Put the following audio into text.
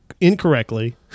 incorrectly